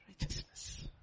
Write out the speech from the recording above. righteousness